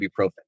ibuprofen